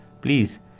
please